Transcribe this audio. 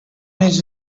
his